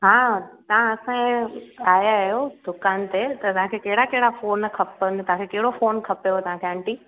हा तव्हां असांजे आया आयो दुकानु ते त तव्हांखे कहिड़ा कहिड़ा फोन खपनि तव्हांखे कहिड़ो फोन खपेव तव्हांखे आंटी